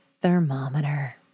thermometer